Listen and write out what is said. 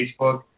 Facebook